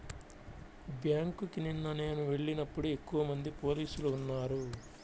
బ్యేంకుకి నిన్న నేను వెళ్ళినప్పుడు ఎక్కువమంది పోలీసులు ఉన్నారు